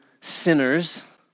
sinners